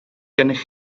gennych